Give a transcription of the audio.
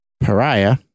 Pariah